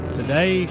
today